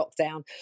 lockdown